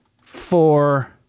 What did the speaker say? four